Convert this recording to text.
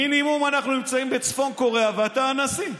מינימום אנחנו נמצאים בצפון קוריאה ואתה הנשיא.